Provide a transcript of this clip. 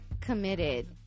committed